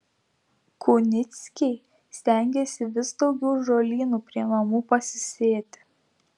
kunickiai stengiasi vis daugiau žolynų prie namų pasisėti